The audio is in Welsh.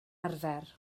arfer